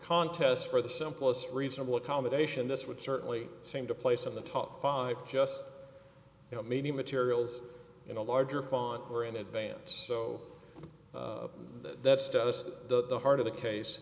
contest for the simplest reasonable accommodation this would certainly seem to place on the top five just you know maybe materials in a larger font were in advance so that that's just the heart of the case